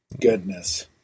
goodness